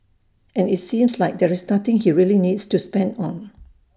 and IT seems like there's nothing he really needs to spend on